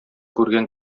күргән